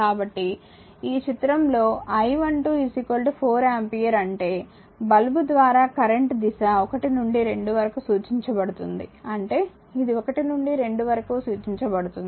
కాబట్టి ఈ చిత్రంలో I12 4 ఆంపియర్ అంటే బల్బ్ ద్వారా కరెంట్ దిశ 1 నుండి 2 వరకు సూచించబడుతుంది అంటే ఇది 1 నుండి 2 వరకు సూచించబడుతుంది